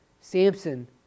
Samson